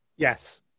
Yes